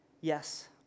Yes